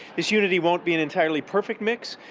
this unity won't be an entirely perfect mix,